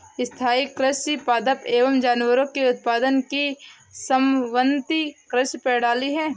स्थाईं कृषि पादप एवं जानवरों के उत्पादन की समन्वित कृषि प्रणाली है